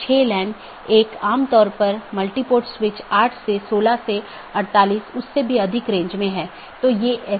OSPF और RIP का उपयोग AS के माध्यम से सूचना ले जाने के लिए किया जाता है अन्यथा पैकेट को कैसे अग्रेषित किया जाएगा